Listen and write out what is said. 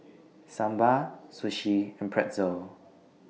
Sambar Sushi and Pretzel